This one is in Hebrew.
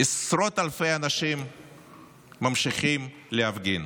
עשרות אלפי אנשים ממשיכים להפגין.